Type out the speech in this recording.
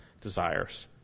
desires